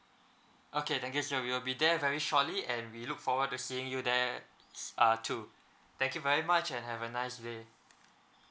okay thank you sir we will be there very shortly and we look forward to seeing you there uh too thank you very much and have a nice day